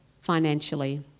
financially